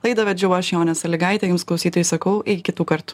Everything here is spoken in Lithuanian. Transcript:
laidą vedžiau aš jonė salygaitė jums klausytojai sakau iki kitų kartų